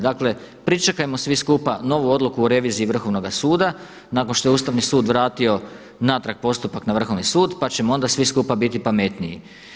Dakle, pričekajmo svi skupa novi odluku o reviziji Vrhovnoga suda, nakon što je Ustavni sud vratio natrag postupak na Vrhovni sud pa ćemo onda svi skupa biti pametniji.